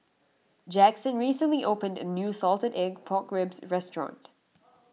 Jaxon recently opened a new Salted Egg Pork Ribs Restaurant